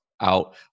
out